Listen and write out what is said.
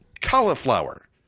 Cauliflower